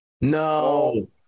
No